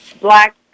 black